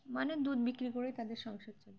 মানে দুধ বিক্রি করেই তাদের সংসার চলবে